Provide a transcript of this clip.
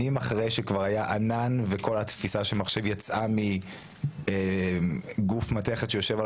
שנים אחרי שכבר היה ענן וכל התפיסה של מחשב יצאה מגוף מתכת שיושב על